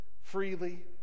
freely